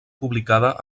publicada